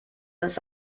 das